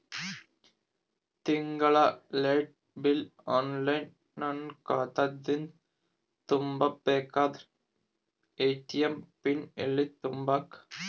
ತಿಂಗಳ light bill online ನನ್ನ ಖಾತಾ ದಿಂದ ತುಂಬಾ ಬೇಕಾದರ ಎ.ಟಿ.ಎಂ ಪಿನ್ ಎಲ್ಲಿ ತುಂಬೇಕ?